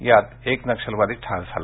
यात एक नक्षलवादी ठार झाला